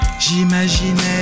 J'imaginais